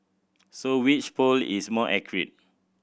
so which poll is more accurate